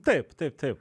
taip taip taip